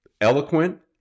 eloquent